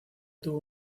tuvo